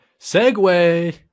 Segway